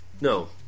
no